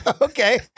Okay